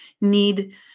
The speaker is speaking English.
need